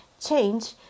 change